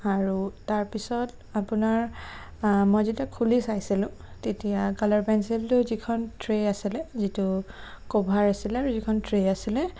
আৰু তাৰপিছত আপোনাৰ মই যেতিয়া খুলি চাইছিলোঁ তেতিয়া কালাৰ পেঞ্চিলটো যিখন ট্ৰে আছিলে যিটো ক'ভাৰ আছিলে যিখন ট্ৰে আছিলে